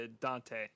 Dante